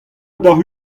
daou